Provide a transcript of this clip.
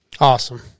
Awesome